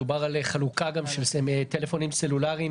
דובר גם על חלוקה של טלפונים סלולריים